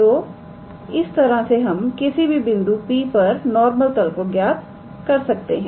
तो इस तरह से हम किसी भी बिंदु P पर नॉर्मल तल को ज्ञात कर सकते हैं